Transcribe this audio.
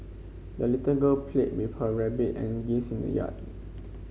the little girl played with her rabbit and geese in the yard